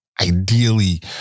ideally